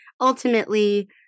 ultimately